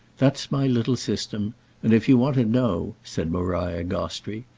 that's my little system and, if you want to know, said maria gostrey,